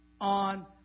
on